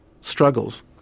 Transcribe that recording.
struggles